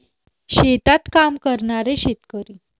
शेतात काम करणारे शेतकरी